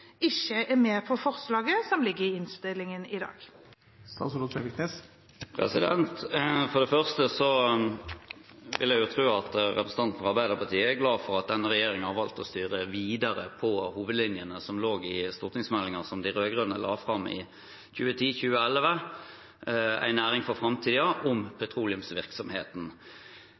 ikke er med på forslaget som ligger i innstillingen i dag? For det første vil jeg tro at representanten fra Arbeiderpartiet er glad for at denne regjeringen har valgt å styre videre på hovedlinjene som lå i stortingsmeldingen som de rød-grønne la fram i 2010–2011, En næring for framtida – om petroleumsvirksomheten.